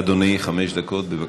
אדוני, חמש דקות, בבקשה.